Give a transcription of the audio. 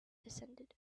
descended